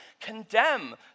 condemn